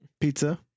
Pizza